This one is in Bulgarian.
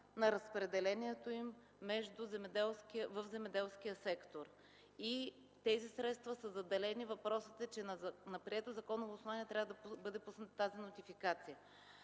на разпределението им в земеделския сектор. Тези средства са заделени. Въпросът е, че на прието законово основание трябва да бъде пусната тази нотификация.